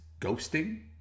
ghosting